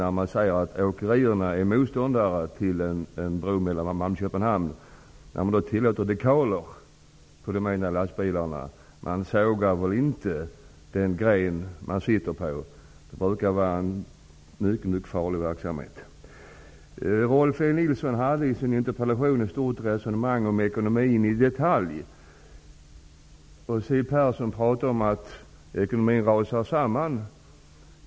Det sägs att åkerierna är motståndare till en bro mellan Malmö och Köpenhamn, men ändå tillåter de dekaler på de egna lastbilarna. Man sågar väl inte av den gren man sitter på. Det brukar vara en mycket mycket farlig verksamhet. Rolf L Nilson förde i sin interpellation ett stort resonemang om ekonomin i detalj, och Siw Persson talade om att ekonomin rasar samman.